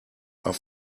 are